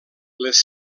les